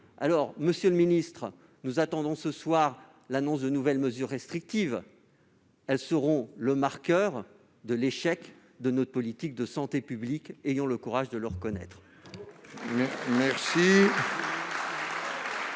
sont pour rien. Nous attendons, ce soir, l'annonce de nouvelles mesures restrictives. Elles seront le marqueur de l'échec de notre politique de santé publique. Ayons le courage de le reconnaître